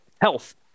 Health